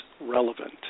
relevant